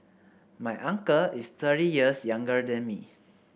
my uncle is thirty years younger than me